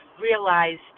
realized